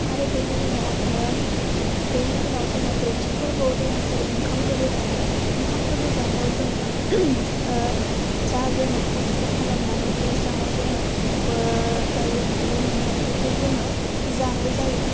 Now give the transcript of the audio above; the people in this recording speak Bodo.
आरो बेनि उनाव बेनि उनाव जोंहा ब्रैथि फोरबोआव दङ जेरै ओंखाम गोरलै जानाय ओंखाम गोरलै जानायाव जोङो जा जोङो खस्थ' खालामनानै दैज्लाङाव जोङो गोह गायै फुवै मोनबाय बेखौ जोङो जानाय जायो